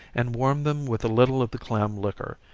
and warm them with a little of the clam liquor,